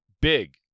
big